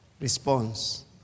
Response